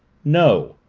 no,